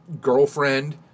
girlfriend